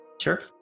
Sure